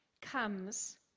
comes